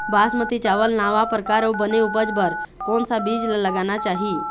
बासमती चावल नावा परकार अऊ बने उपज बर कोन सा बीज ला लगाना चाही?